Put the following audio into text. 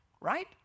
right